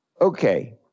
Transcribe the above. Okay